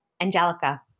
Angelica